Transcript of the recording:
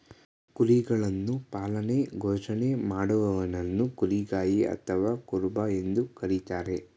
ಕುರಿಗಳನ್ನು ಪಾಲನೆ ಪೋಷಣೆ ಮಾಡುವವನನ್ನು ಕುರಿಗಾಯಿ ಅಥವಾ ಕುರುಬ ಎಂದು ಕರಿತಾರೆ